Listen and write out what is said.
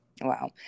Wow